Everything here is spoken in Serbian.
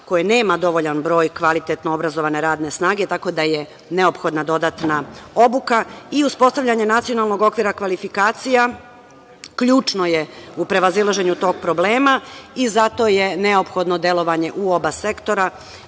koje nema dovoljan broj kvalitetno obrazovane radne snage. Tako da, neophodna je dodatna obuka i uspostavljanje nacionalnog okvira kvalifikacija, ključno je u prevazilaženju tog problema i zato je neophodno delovanje u oba sektora